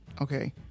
Okay